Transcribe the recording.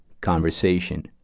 conversation